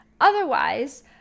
otherwise